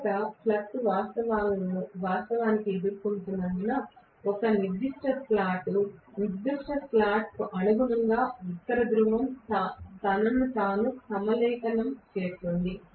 మొదట ఫ్లక్స్ వాస్తవానికి ఎదుర్కొంటున్నందున ఒక నిర్దిష్ట స్లాట్ నిర్దిష్ట స్లాట్కు అనుగుణంగా ఉత్తర ధ్రువం తనను తాను సమలేఖనం చేస్తుంది